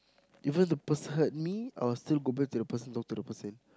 even the person me I will still go back to the person talk to the person